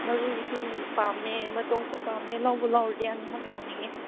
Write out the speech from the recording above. ꯃꯔꯨꯒꯤꯁꯨ ꯄꯥꯝꯃꯦ ꯃꯇꯣꯡꯁꯨ ꯄꯥꯝꯃꯦ ꯂꯧꯕꯨ ꯂꯧꯔꯗꯤ ꯑꯅꯤꯃꯛ ꯂꯧꯅꯤꯡꯉꯦ